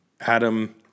Adam